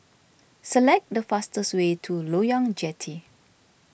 select the fastest way to Loyang Jetty